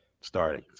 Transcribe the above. starting